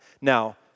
Now